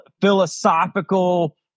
philosophical